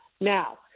Now